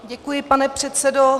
Děkuji, pane předsedo.